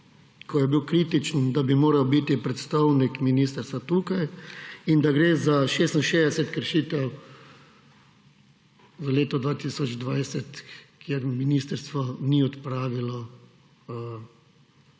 ko je bil kritičen, da bi moral biti predstavnika ministrstva tukaj in da gre za 66 kršitev v letu 2020, kjer ministrstvo ni odpravilo